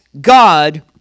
God